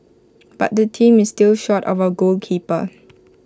but the team is still short of A goalkeeper